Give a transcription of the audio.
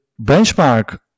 benchmark